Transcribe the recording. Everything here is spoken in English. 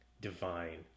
divine